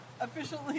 officially